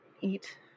eat